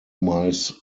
miles